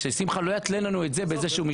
ששמחה לא יתלה לנו את זה בזה שהוא משתתף?